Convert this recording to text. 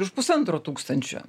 ir už pusantro tūkstančio